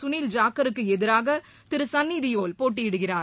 சுனில் ஜாக்கருக்கு எதிரான திரு சன்னிதியோல் போட்டியிடுகிறார்